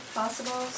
possible